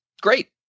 great